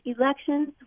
elections